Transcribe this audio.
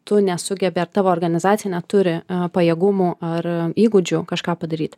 tu nesugebi ar tavo organizacija neturi pajėgumų ar įgūdžių kažką padaryt